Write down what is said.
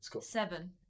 Seven